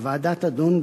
הוועדה תדון,